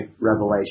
revelation